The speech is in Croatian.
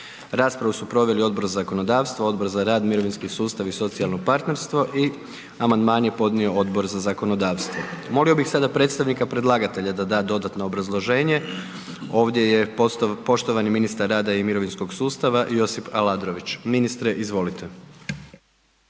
Raspravu su proveli Odbor za zakonodavstvo, Odbor za rad, mirovinski sustav i socijalno partnerstvo i amandman je podnio Odbor za zakonodavstvo. Molio bih sada predstavnika predlagatelja da da dodatno obrazloženje. Ovdje je poštovani ministar rada i mirovinskog sustava Josip Aladrović. Ministre izvolite.